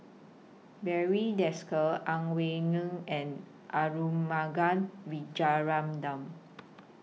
Barry Desker Ang Wei Neng and Arumugam Vijiaratnam